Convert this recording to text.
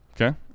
Okay